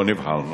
לא נבהלנו,